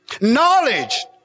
Knowledge